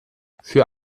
für